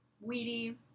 Weedy